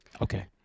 okay